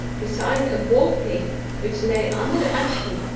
beside a boar-pig which lay under the ash-heap,